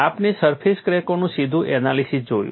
આપણે સરફેસ ક્રેકોનું સીધું એનાલિસીસ જોયું